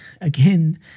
again